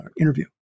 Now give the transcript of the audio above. interview